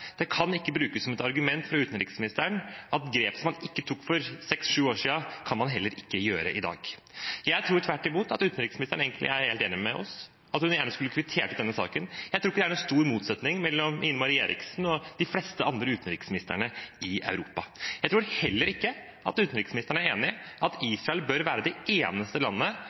Det kan ikke brukes som et argument fra utenriksministeren at grep som man ikke tok for seks–sju år siden, kan man heller ikke ta i dag. Jeg tror tvert imot at utenriksministeren egentlig er helt enig med oss, at hun gjerne skulle kvittert ut denne saken. Jeg tror ikke det er noen stor motsetning mellom Ine Eriksen Søreide og de fleste andre utenriksministerne i Europa. Jeg tror heller ikke at utenriksministeren er enig i at Israel bør være det eneste landet